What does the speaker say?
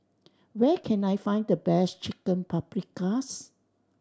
where can I find the best Chicken Paprikas